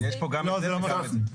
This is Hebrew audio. יש פה גם את זה וגם את זה.